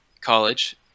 college